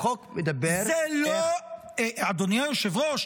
החוק מדבר על איך --- אדוני היושב-ראש,